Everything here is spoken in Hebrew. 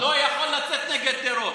מי שתומך בכיבוש לא יכול לצאת נגד טרור.